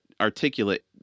articulate